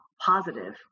positive